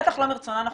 בטח לא מרצונן החופשי.